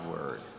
word